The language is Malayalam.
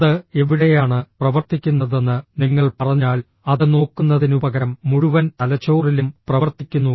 അത് എവിടെയാണ് പ്രവർത്തിക്കുന്നതെന്ന് നിങ്ങൾ പറഞ്ഞാൽ അത് നോക്കുന്നതിനുപകരം മുഴുവൻ തലച്ചോറിലും പ്രവർത്തിക്കുന്നു